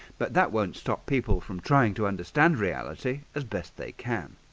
but that won't stop people from trying to understand reality as best they can